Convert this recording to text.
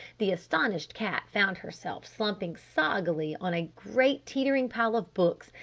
the astonished cat found herself slumping soggily on a great teetering pile of books,